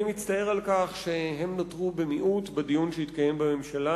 אני מצטער על כך שהם נותרו במיעוט בדיון שהתקיים בממשלה.